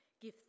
Give